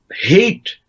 hate